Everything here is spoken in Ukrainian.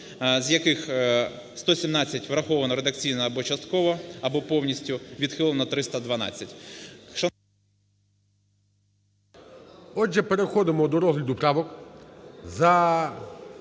з яких 117 враховано редакційно або частково, або повністю, відхилено 312. ГОЛОВУЮЧИЙ. Отже, переходимо до розгляду правок.